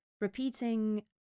repeating